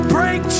Break